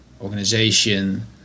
organization